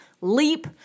leap